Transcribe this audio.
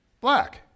Black